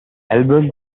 album